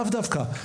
לאו דווקא,